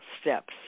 steps